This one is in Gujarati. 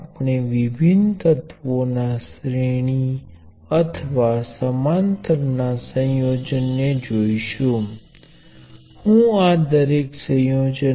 આપણે જાણીએ છીએ કે શોર્ટ સર્કિટ આ બેને જોડતા એક આદર્શ વાયર સિવાય કંઈ નથી